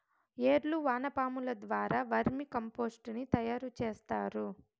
ఏర్లు వానపాముల ద్వారా వర్మి కంపోస్టుని తయారు చేస్తారు